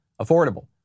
affordable